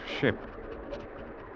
ship